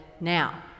now